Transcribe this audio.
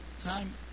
time